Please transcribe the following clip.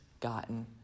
gotten